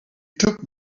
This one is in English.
took